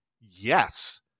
Yes